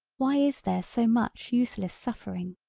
why is there so much useless suffering.